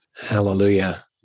Hallelujah